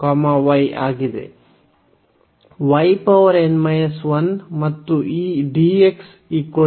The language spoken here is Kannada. ಮತ್ತು ಈ dx dy